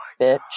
bitch